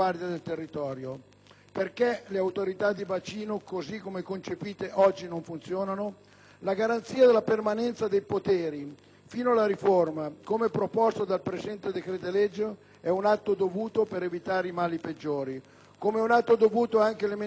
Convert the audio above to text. le autorità di bacino, così come concepite, oggi non funzionano. La garanzia della permanenza dei poteri fino alla riforma, come proposto dal presente decreto-legge, è un atto dovuto per evitare mali peggiori. Come è un atto dovuto anche l'emendamento del relatore